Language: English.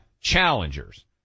challengers